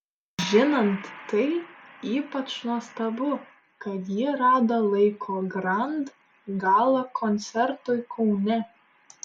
žinant tai ypač nuostabu kad ji rado laiko grand gala koncertui kaune